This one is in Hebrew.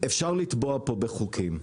אפשר לטבוע פה בחוקים.